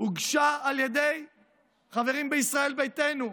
הוגשה על ידי חברים בישראל ביתנו,